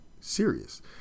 serious